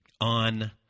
on